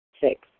Six